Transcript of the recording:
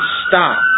stop